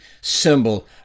symbol